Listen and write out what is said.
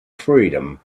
freedom